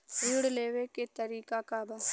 ऋण लेवे के तरीका का बा?